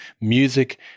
Music